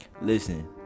Listen